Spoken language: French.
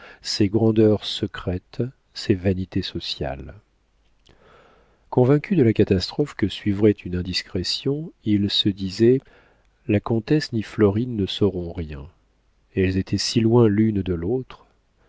ses grandeurs secrètes ses vanités sociales convaincu de la catastrophe qui suivrait une indiscrétion il se disait la comtesse ni florine ne sauront rien elles étaient si loin l'une de l'autre